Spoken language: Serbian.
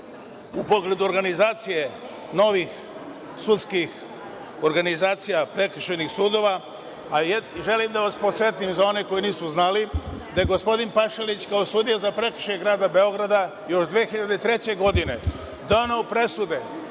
u pogledu organizacije novih sudskih organizacija prekršajnih sudova i želim da vas podsetim, za one koji nisu znali da gospodin Pašalić kao sudija za prekršaj Grada Beograda, još 2003. godine dana presude,